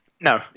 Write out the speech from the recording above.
No